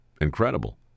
incredible